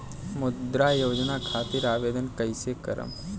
मुद्रा योजना खातिर आवेदन कईसे करेम?